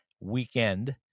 weekend